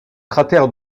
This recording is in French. cratère